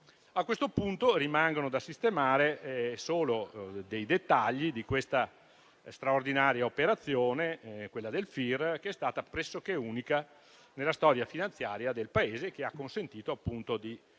A questo punto rimangono da sistemare solo dei dettagli di questa straordinaria operazione, quella del FIR, che è stata pressoché unica nella storia finanziaria del Paese e che ha consentito di